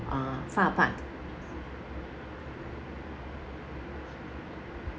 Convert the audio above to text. uh far apart